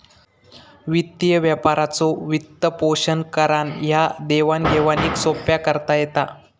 वित्तीय व्यापाराचो वित्तपोषण करान ह्या देवाण घेवाणीक सोप्पा करता येता